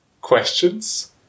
Questions